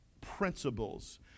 principles